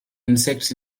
insects